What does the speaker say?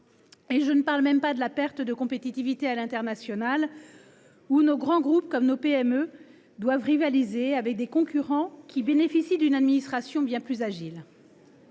Je ne parle même pas de la perte de compétitivité à l’international, où nos grands groupes et nos PME doivent rivaliser avec des concurrents qui bénéficient d’une administration bien plus agile.